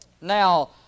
Now